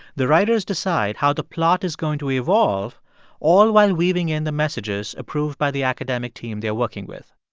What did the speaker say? the writers decide how the plot is going to evolve all while weaving in the messages approved by the academic team they are working with